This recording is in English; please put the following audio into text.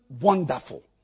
wonderful